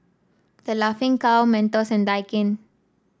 The Laughing Cow Mentos and Daikin